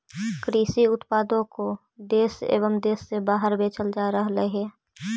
कृषि उत्पादों को देश एवं देश से बाहर बेचल जा रहलइ हे